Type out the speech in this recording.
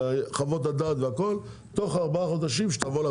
חוות הדעת והכול תבוא לוועדה תוך ארבעה חודשים.